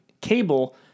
cable